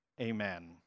Amen